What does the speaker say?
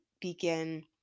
begin